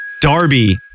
Darby